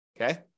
okay